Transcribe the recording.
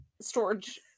storage